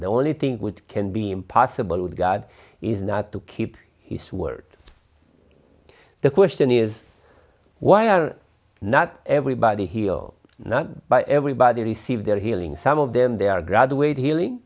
the only thing which can be impossible with god is not to keep his word the question is why are not everybody heal not by everybody receive their healing some of them they are graduate healing